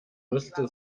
musste